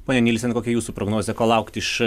ponia nielsen kokia jūsų prognozė ko laukti iš